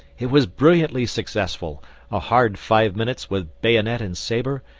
it was brilliantly successful a hard five minutes with bayonet and sabre,